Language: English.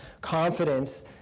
confidence